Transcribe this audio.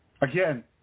again